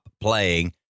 playing